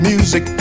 Music